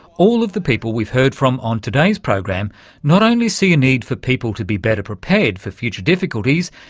all of the people we've heard from on today's program not only see a need for people to be better prepared for future difficulties,